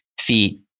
feet